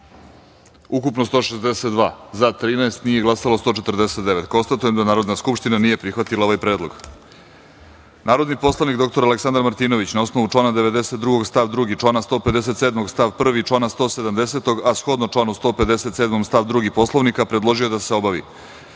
- 149 narodnih poslanika. Konstatujem da Narodna skupština nije prihvatila ovaj predlog. Narodni poslanik dr Aleksandar Martinović, na osnovu člana 92. stav 2, člana 157. stav 1. i člana 170, a shodno članu 157. stav 2. Poslovnika, predložio je da se obavi:1.